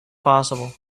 possible